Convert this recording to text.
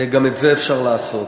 גם את זה אפשר לעשות.